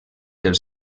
del